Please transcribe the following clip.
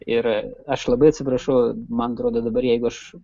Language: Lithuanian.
ir aš labai atsiprašau man atrodo dabar jeigu aš